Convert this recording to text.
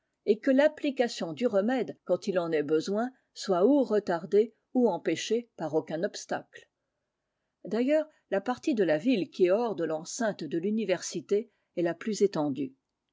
et que l'application du remède quand il en est besoin soit ou retardée ou empêchée par aucun obstacle d'ailleurs la partie de la ville qui est hors de l'enceinte de l'université est la plus étendue